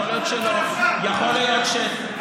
יכול להיות שלא.